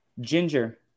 Ginger